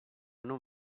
non